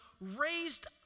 raised